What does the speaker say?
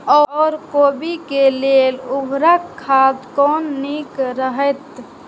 ओर कोबी के लेल उर्वरक खाद कोन नीक रहैत?